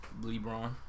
LeBron